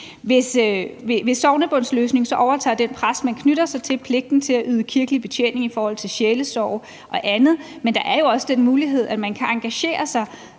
Ved sognebåndsløsning overtager den præst, man knytter sig til, pligten til at yde kirkelig betjening i form af sjælesorg og andet, men der er jo også den mulighed, at man kan engagere sig